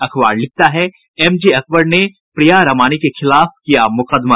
अखबार लिखता है एमजे अकबर ने प्रिया रमानी के खिलाफ किया मुकदमा